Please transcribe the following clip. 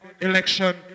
election